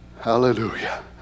hallelujah